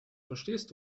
verstehst